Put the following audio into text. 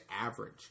average